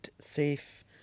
safe